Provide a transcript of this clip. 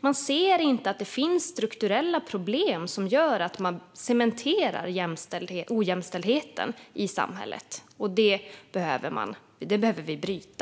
Man ser inte att det finns strukturella problem som gör att ojämställdheten cementeras i samhället. Detta behöver vi bryta.